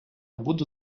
буду